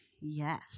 Yes